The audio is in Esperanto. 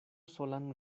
solan